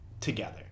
together